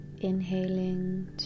inhaling